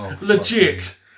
Legit